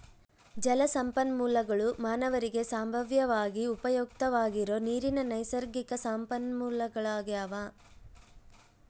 ಜಲಸಂಪನ್ಮೂಲಗುಳು ಮಾನವರಿಗೆ ಸಂಭಾವ್ಯವಾಗಿ ಉಪಯುಕ್ತವಾಗಿರೋ ನೀರಿನ ನೈಸರ್ಗಿಕ ಸಂಪನ್ಮೂಲಗಳಾಗ್ಯವ